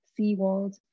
seawalls